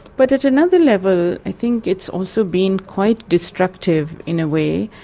but at another level, i think it's also been quite destructive in a way.